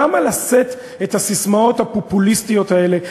למה לשאת את הססמאות הפופוליסטיות האלה,